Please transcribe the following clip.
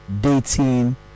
dating